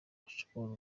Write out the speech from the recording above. ushobora